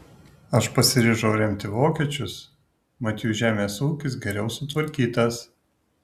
aš pasiryžau remti vokiečius mat jų žemės ūkis geriau sutvarkytas